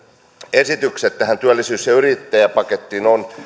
esitykset tähän työllisyys ja yrittäjäpakettiin ovat